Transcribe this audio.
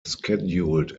scheduled